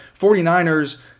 49ers